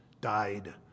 died